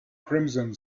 crimson